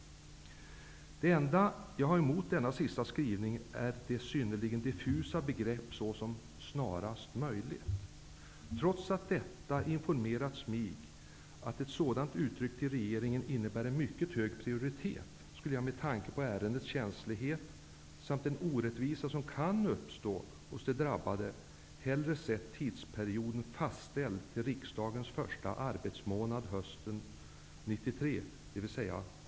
Det enda som jag har emot denna sista skrivning är det synnerligen diffusa begreppet ''snarast möjligt''. Trots att det har informerats mig att ett sådant uttryck för regeringen innebär en mycket hög prioritet skulle jag, med tanke på ärendets känslighet samt den orättvisa som kan uppstå för de drabbade, hellre se tidsperioden fastställd till riksdagens första arbetsmånad hösten 1993, dvs.